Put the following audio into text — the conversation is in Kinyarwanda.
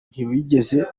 ntibigeze